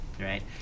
right